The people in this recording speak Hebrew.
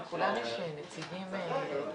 גם אם לא מחויבים על פי חוק,